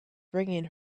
bringing